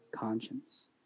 conscience